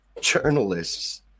journalists